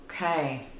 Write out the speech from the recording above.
Okay